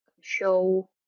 show